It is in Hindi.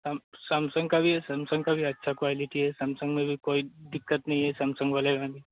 हम सैमसंग का भी सैमसंग का भी अच्छी क्वालिटी है सैमसंग में भी कोई दिक्कत नहीं है सैमसंग वाले में